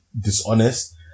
dishonest